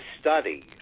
study